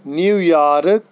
New York